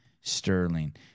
Sterling